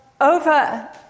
over